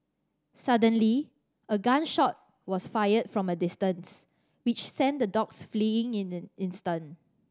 suddenly a gun shot was fired from a distance which sent the dogs fleeing in an instant